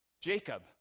Jacob